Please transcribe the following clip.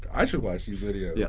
i should watch these videos. yeah